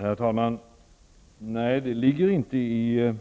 Herr talman! Nej, det ligger inte i